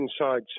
inside